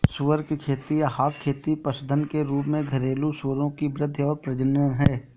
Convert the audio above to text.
सुअर की खेती या हॉग खेती पशुधन के रूप में घरेलू सूअरों की वृद्धि और प्रजनन है